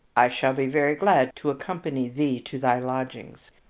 i shall be very glad to accompany thee to thy lodgings.